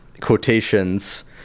quotations